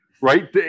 right